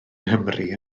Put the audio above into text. nghymru